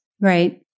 Right